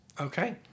Okay